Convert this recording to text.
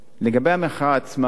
לגבי המחאה עצמה,